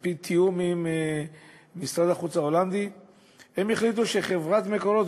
על-פי תיאום עם משרד החוץ ההולנדי הם החליטו שחברת ”מקורות",